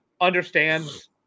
understands